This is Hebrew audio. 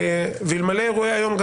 ואלמלא אירועי היום,